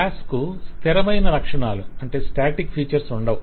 class కు స్థిరమైన లక్షణాలు ఉండవు